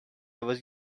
was